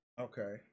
Okay